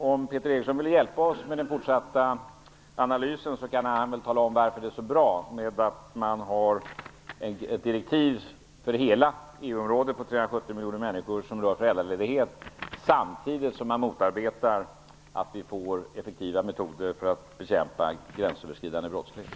Om Peter Eriksson vill hjälpa oss med den fortsatta analysen kan han väl tala om för oss varför det är så bra att man har ett direktiv för hela EU-området, på 370 miljoner människor, som rör föräldraledighet, samtidigt som man motarbetar att vi får effektiva metoder för att bekämpa gränsöverskridande brottslighet.